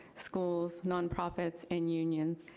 schools, nonprofits, and unions.